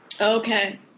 Okay